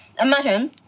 imagine